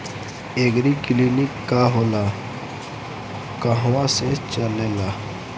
एगरी clinic का होला कहवा से चलेँला?